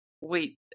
Wait